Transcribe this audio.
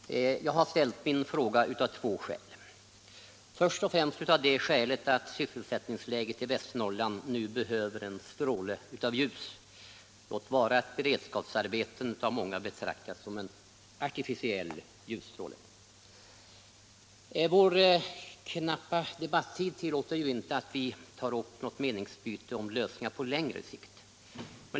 Herr talman! Jag har ställt min fråga av två skäl. Först och främst av det skälet att sysselsättningsläget i Västernorrland nu behöver en stråle av ljus; låt vara att beredskapsarbeten av många betraktas som en artificiell ljusstråle. Vår knappa debattid tillåter inte att vi tar upp något meningsutbyte om lösningar på längre sikt.